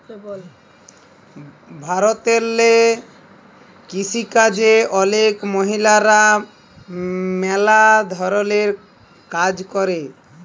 ভারতেল্লে কিসিকাজে অলেক মহিলারা ম্যালা ধরলের কাজ ক্যরে